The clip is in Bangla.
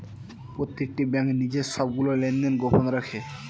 প্রত্যেকটি ব্যাঙ্ক নিজের সবগুলো লেনদেন গোপন রাখে